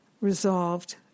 resolved